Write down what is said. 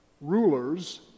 rulers